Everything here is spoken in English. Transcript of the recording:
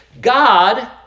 God